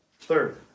Third